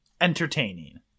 Entertaining